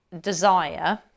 desire